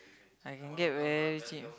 I can get very cheap